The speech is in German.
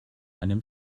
einem